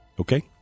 okay